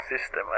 system